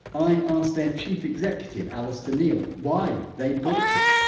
i asked their chief executive, alistair neil why they'd bought it.